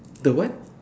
the what